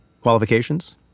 qualifications